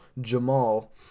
Jamal